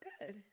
good